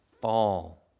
fall